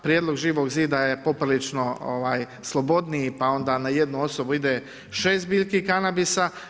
Prijedlog živog zida je poprilično slobodniji pa onda na jednu osobu ide 6 biljki kanabisa.